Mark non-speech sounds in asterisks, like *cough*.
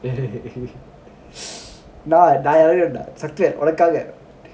*laughs* டேய்நான்நான்வந்துசக்திவேல்உனக்காக:dei naan naan vandhu sakthivel unakkaka